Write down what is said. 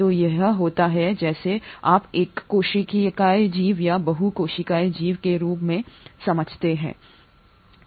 तो यही होता है जिसे आप एककोशिकीय जीव या बहुकोशिकीय जीव के रूप में समझते हैं